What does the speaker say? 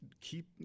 keep